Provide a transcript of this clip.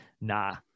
nah